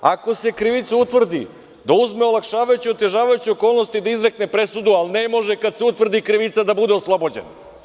Ako se krivica utvrdi, da uzme olakšavajuće, otežavajuće okolnosti da izrekne presudu, ali ne može kada se utvrdi krivica da bude oslobođen.